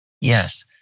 Yes